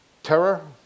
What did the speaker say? Terror